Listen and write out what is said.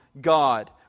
God